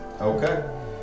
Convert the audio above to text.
Okay